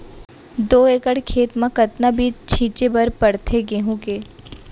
दो एकड़ खेत म कतना बीज छिंचे बर पड़थे गेहूँ के?